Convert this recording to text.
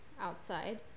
outside